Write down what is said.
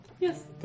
Yes